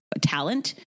talent